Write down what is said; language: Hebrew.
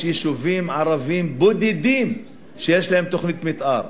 יש יישובים ערביים בודדים שיש להם תוכנית מיתאר.